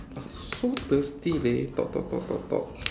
so thirsty leh talk talk talk talk talk